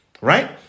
right